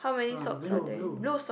brown blue blue